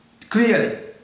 Clearly